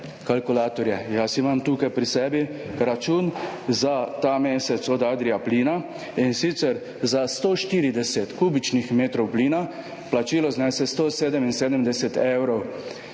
kalkulatorje. Jaz imam tukaj pri sebi račun za ta mesec od Adria plina, in sicer, za 140 kubičnih metrov plina, plačilo znese 177 evrov.